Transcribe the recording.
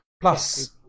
Plus